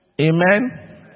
Amen